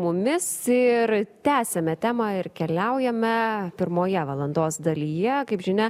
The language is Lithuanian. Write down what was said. mumis ir tęsiame temą ir keliaujame pirmoje valandos dalyje kaip žinią